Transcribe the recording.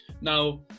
Now